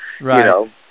Right